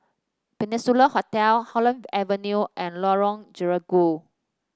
Peninsula Hotel Holland Avenue and Lorong Gerigu